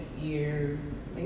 years